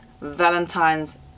Valentine's